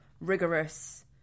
rigorous